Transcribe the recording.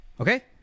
Okay